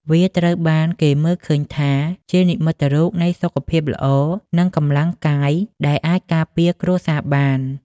វាត្រូវបានគេមើលឃើញថាជានិមិត្តរូបនៃសុខភាពល្អ និងកម្លាំងកាយដែលអាចការពារគ្រួសារបាន។